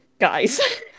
guys